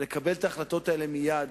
ולקבל את ההחלטות האלה מייד,